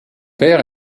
père